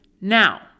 Now